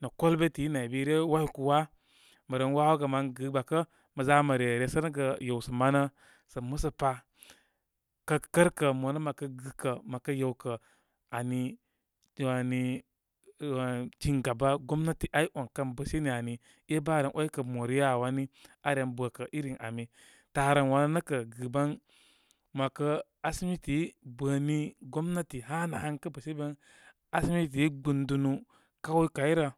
nə' kabidi naybi ryə waykuwa mə ren wawogə mən gi gba kə mə za mə re resə gə yewsə manə sə' musə pa. Kə' kərkə' monə məkə giplusrə məkə yewkə. Ani wani ah wan cingaba gomnati abary on. Kən bəshe ni ani, e' bə aren 'waykə mariya wani. Aren bəkə irim ami. Taaren wanə nə' kə' giplusban mə wakə asimiti bə ni. Gomnati hanə han kə bə she bən asimiti gbiplusn dunu, kayukai rə.